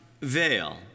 Veil